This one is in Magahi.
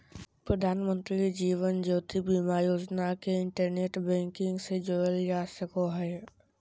प्रधानमंत्री जीवन ज्योति बीमा योजना के इंटरनेट बैंकिंग से जोड़ल जा सको हय